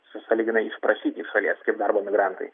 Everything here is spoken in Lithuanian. su sąlyginai išprašyti iš šalies kaip darbo migrantai